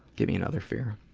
gimme another fear,